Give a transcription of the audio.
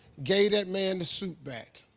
gave that man the suit back.